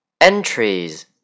entries